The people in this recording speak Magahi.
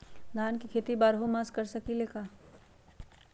धान के खेती बारहों मास कर सकीले का?